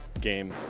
game